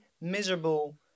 miserable